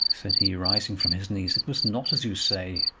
said he, rising from his knees, it was not as you say.